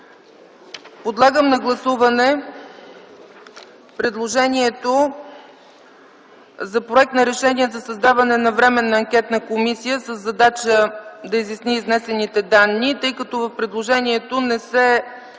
Подлагам на гласуване предложението за проект за решение за създаване на Временна анкетна комисия със задача да изясни изнесените данни. Тъй като в предложението не се